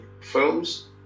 films